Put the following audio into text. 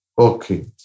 Okay